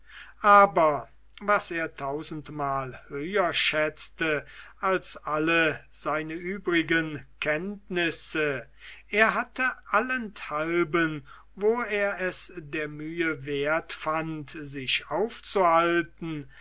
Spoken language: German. aber was er tausendmal höher schätzte als alle seine übrigen kenntnisse er hatte allenthalben wo er es der mühe wert fand sich aufzuhalten